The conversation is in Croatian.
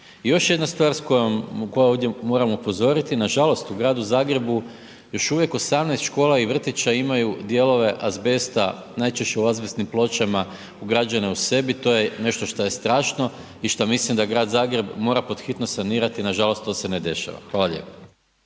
I još jedna stvar s kojom, koju ovdje moram upozoriti, nažalost u Gradu Zagrebu još uvijek 18 škola i vrtića imaju dijelove azbesta, najčešće u azbestnim pločama ugrađene u sebi, to je nešto šta je strašno i šta mislim da Grad Zagreb mora pod hitno sanirati, nažalost to se ne dešava. Hvala lijepo.